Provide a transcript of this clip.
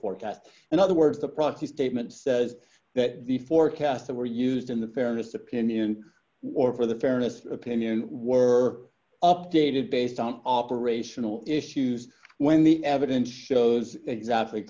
forecast in other words the proxy statement says that the forecasts that were used in the fairness opinion or for the fairness of opinion were updated based on operational issues when the evidence shows exactly